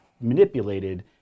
manipulated